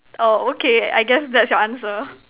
orh okay I guess that's your answer